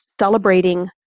celebrating